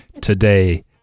today